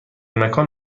مکان